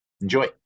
Enjoy